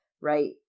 right